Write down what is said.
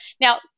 Now